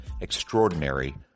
Extraordinary